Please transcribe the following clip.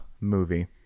movie